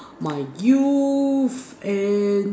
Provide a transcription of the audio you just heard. my youth and